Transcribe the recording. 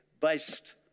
based